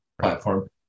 platform